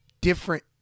different